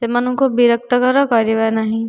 ସେମାନଙ୍କୁ ବିରକ୍ତକର କରିବା ନାହିଁ